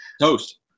Toast